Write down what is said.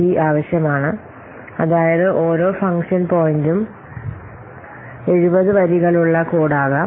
C ആവശ്യമാണ് അതായത് ഓരോ ഫംഗ്ഷൻ പോയിന്റിനും 70 വരികളുള്ള കോഡ് ആകാം